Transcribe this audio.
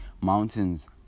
Mountains